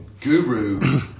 guru